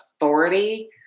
authority